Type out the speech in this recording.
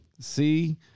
See